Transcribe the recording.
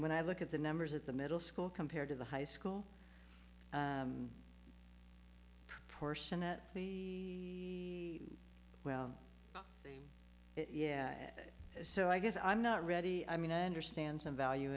when i look at the numbers at the middle school compared to the high school proportionately well yeah so i guess i'm not ready i mean i understand some